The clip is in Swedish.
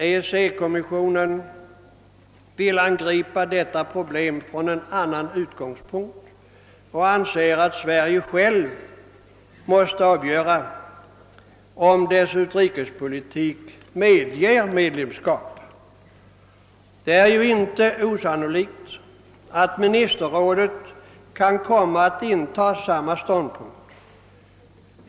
EEC-kommissionen vill angripa detta problem från en annan utgångspunkt och anser att Sverige självt måste avgöra om dess utrikespolitik medger medlemskap. Det är inte osannolikt att ministerrådet kan komma att inta samma ståndpunkt.